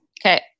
Okay